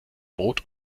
brot